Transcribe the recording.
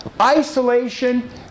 isolation